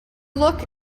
look